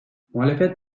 muhalefet